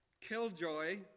killjoy